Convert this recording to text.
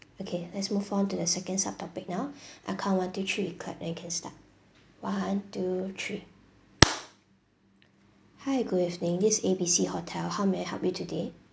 okay let's move on to the second sub topic now I'll count for one two three you clap then can start one two three hi good evening this A B C hotel how may I help you today